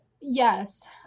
Yes